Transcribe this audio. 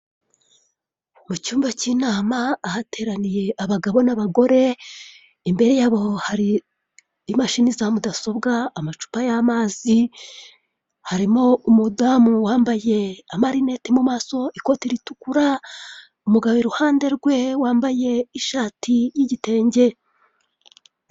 Mu cyumba cy'inama ahateraniye abagabo n'abagore, imbere yabo hari imashini za mudasobwa amacupa y'amazi, harimo umudamu wambaye amarineti mumaso ikoti ritukura, umugabo iruhande rwe wambaye ishati y'igitenge.